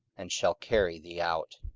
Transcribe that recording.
and shall carry thee out.